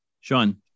Sean